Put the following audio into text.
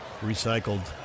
recycled